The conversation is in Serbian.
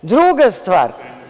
Druga stvar.